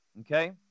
Okay